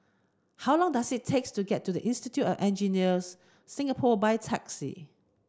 how long does it take to get to the Institute of Engineers Singapore by taxi